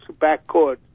backcourt